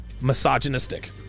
misogynistic